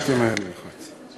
אל תמהר ללחוץ.